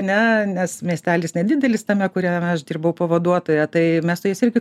ne nes miestelis nedidelis tame kuriame aš dirbau pavaduotoja tai mes su jais irgi